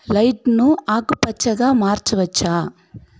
లైట్లను ఆకుపచ్చగా మార్చవచ్చా